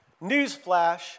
Newsflash